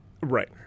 Right